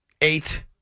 eight